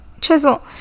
Chisel